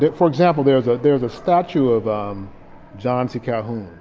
but for example, there's there's a statue of um john c. calhoun